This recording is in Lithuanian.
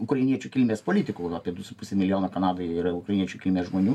ukrainiečių kilmės politikų apie du su puse milijono kanadoje yra ukrainiečių kilmės žmonių